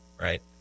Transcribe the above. right